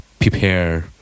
prepare